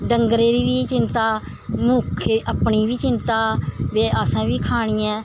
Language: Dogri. डंगरें दी बी चिंता मनुक्खै अपनी बी चिंता ते असें बी खानी ऐ